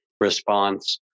response